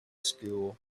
school